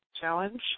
challenge